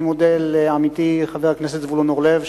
אני מודה לעמיתי חבר הכנסת זבולון אורלב,